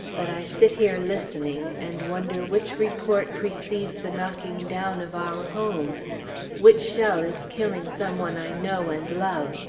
but i sit here listening, and wonder which report precedes the knocking down of our home which shell is killing some one i know and love.